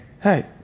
Hey